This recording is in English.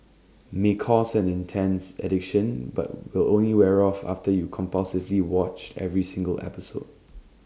may cause an intense addiction but will only wear off after you have compulsively watched every single episode